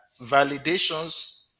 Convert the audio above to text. validations